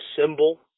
symbol